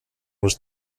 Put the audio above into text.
was